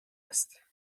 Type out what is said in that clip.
است